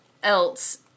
else